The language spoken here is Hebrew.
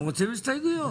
הם רוצים הסתייגויות.